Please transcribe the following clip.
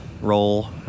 roll